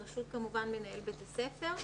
כמובן בראשות מנהל בית ספר,